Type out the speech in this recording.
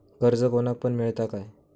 कर्ज कोणाक पण मेलता काय?